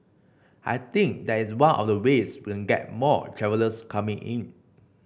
I think that is one of the ways we can get more travellers coming in